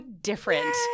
different